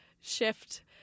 shift